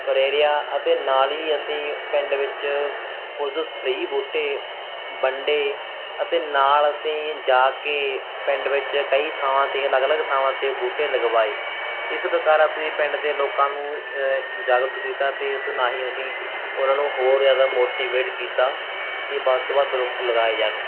ਪ੍ਰੇਰਿਆ ਅਤੇ ਨਾਲ ਹੀ ਅਸੀਂ ਪਿੰਡ ਵਿੱਚ ਕੁਝ ਫ੍ਰੀ ਬੂਟੇ ਵੰਡੇ ਅਤੇ ਨਾਲ ਅਸੀਂ ਜਾ ਕੇ ਪਿੰਡ ਵਿੱਚ ਕਈ ਥਾਵਾਂ 'ਤੇ ਅਲੱਗ ਅਲੱਗ ਥਾਵਾਂ 'ਤੇ ਬੂਟੇ ਲਗਵਾਏ ਇਸ ਪ੍ਰਕਾਰ ਅਸੀਂ ਪਿੰਡ ਦੇ ਲੋਕਾਂ ਨੂੰ ਜਾਗਰੂਕ ਕੀਤਾ ਅਤੇ ਇਸ ਨਾਲ ਹੀ ਅਸੀਂ ਉਨ੍ਹਾਂ ਨੂੰ ਹੋਰ ਜ਼ਿਆਦਾ ਮੋਟੀਵੇਟ ਕੀਤਾ ਕਿ ਵੱਧ ਤੋਂ ਵੱਧ ਰੁੱਖ ਲਗਾਏ ਜਾਣ